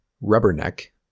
Rubberneck